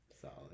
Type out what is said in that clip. Solid